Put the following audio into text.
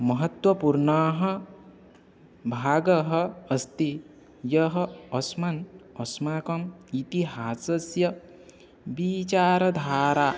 महत्वपूर्णः भागः अस्ति यः अस्मन् अस्माकम् इतिहासस्य विचारधारा